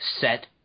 set